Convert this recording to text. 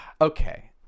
okay